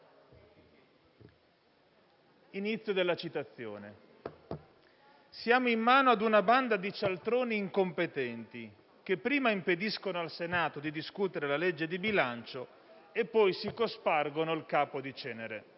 Inizio della citazione: «Siamo in mano ad una banda di cialtroni incompetenti, che prima impediscono al Senato di discutere la legge di bilancio e poi si cospargono il capo di cenere».